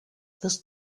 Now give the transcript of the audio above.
this